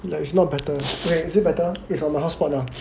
it's not better is it better is on the hotspot now